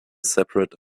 separate